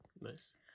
Nice